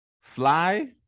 fly